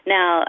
Now